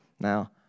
Now